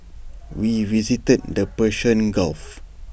we visited the Persian gulf